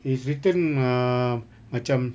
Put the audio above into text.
is written err macam